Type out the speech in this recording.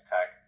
Tech